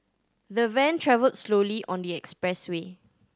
the van travelled slowly on the expressway